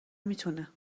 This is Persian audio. میتونه